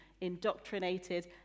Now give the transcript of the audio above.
indoctrinated